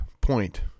point